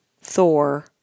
Thor